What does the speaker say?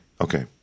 Okay